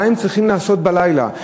מה הם צריכים לעשות בלילה?